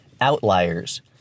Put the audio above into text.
Outliers